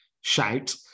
shout